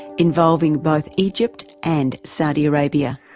involving both egypt and saudi arabia.